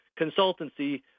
consultancy